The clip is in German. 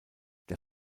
der